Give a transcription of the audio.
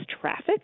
traffic